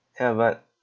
ya but